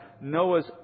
Noah's